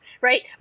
right